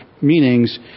meanings